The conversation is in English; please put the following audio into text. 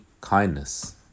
kindness